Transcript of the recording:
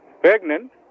Pregnant